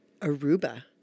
Aruba